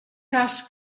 cas